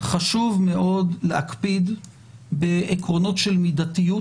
חשוב מאוד להקפיד בעקרונות של מידתיות